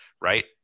right